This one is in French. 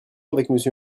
avec